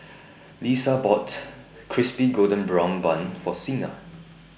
Lesa bought Crispy Golden Brown Bun For Sina